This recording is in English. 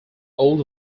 old